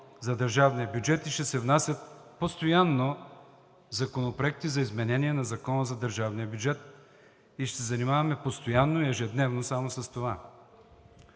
за държавния бюджет и ще се внасят постоянно законопроекти за изменение на Закона за държавния бюджет и ще се занимаваме постоянно и ежедневно само с това.